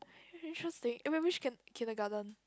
interesting eh which kin~ kindergarten